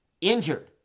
injured